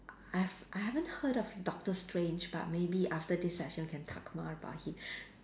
I've I haven't heard of doctor strange but maybe after this session can talk more about him